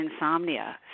insomnia